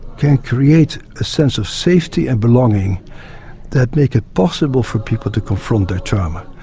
can create a sense of safety and belonging that make it possible for people to confront their trauma.